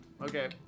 Okay